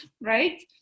right